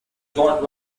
joint